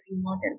model